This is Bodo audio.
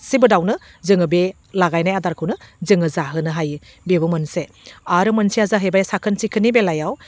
गासिबो दाउनो जोङो बे लागायनाय आदारखौनो जोङो जाहोनो हायो बेबो मोनसे आरो मोनसेया जाहैबाय साखोन सिखोननि बेलायाव